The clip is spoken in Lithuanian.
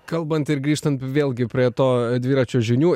kalbant ir grįžtant vėlgi prie to dviračio žinių